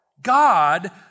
God